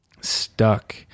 stuck